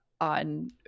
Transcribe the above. on